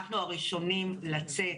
אנחנו הראשונים לצאת.